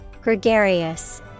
Gregarious